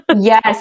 Yes